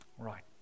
right